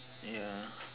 ya